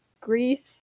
Greece